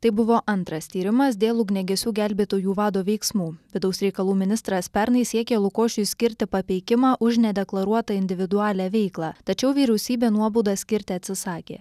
tai buvo antras tyrimas dėl ugniagesių gelbėtojų vado veiksmų vidaus reikalų ministras pernai siekė lukošiui skirti papeikimą už nedeklaruotą individualią veiklą tačiau vyriausybė nuobaudą skirti atsisakė